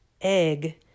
egg